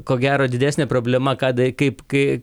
ko gero didesnė problema ką da kaip kai